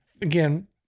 Again